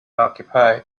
occupy